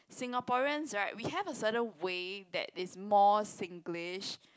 Singaporeans right we have a certain way that is more Singlish